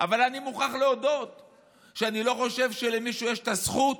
אבל אני מוכרח להודות שאני לא חושב שלמישהו יש את הזכות